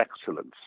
excellence